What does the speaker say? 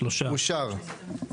הצבעה בעד